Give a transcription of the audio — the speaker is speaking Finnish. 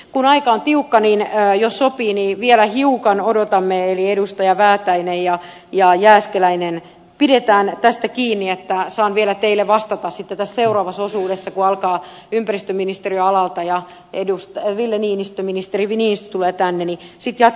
kun aika on tiukka niin jos sopii niin vielä hiukan odotamme eli edustajat väätäinen ja jääskeläinen pidetään tästä kiinni että saan vielä teille vastata sitten tässä seuraavassa osuudessa kun alkaa ympäristöministeriön ala ja ministeri niinistö tulee tänne sitten jatkettaisiin